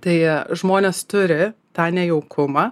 tai žmonės turi tą nejaukumą